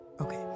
Okay